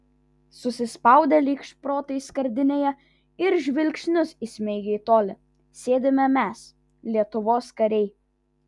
susispaudę lyg šprotai skardinėje ir žvilgsnius įsmeigę į tolį sėdime mes lietuvos kariai